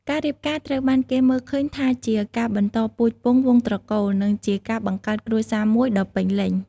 ការរៀបការត្រូវបានគេមើលឃើញថាជា ការបន្តពូជពង្សវង្សត្រកូល និងជាការ បង្កើតគ្រួសារមួយដ៏ពេញលេញ។